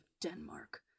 Denmark